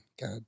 God